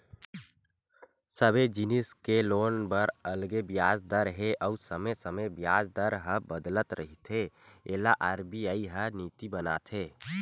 सबे जिनिस के लोन बर अलगे बियाज दर हे अउ समे समे बियाज दर ह बदलत रहिथे एला आर.बी.आई ह नीति बनाथे